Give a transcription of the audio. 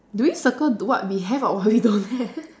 do we circle what we have or what we don't have